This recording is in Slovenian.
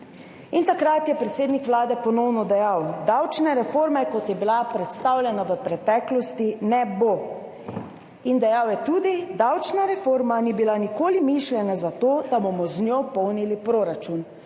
Takrat je predsednik Vlade ponovno dejal: »Davčne reforme, kot je bila predstavljena v preteklosti ne bo.« In dejal je tudi: »Davčna reforma ni bila nikoli mišljena za to, da bomo z njo polnili proračun.«